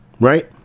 Right